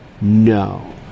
No